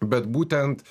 bet būtent